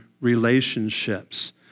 relationships